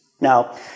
Now